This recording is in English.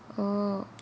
oh